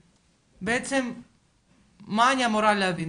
בעצם מה אני אמורה להבין?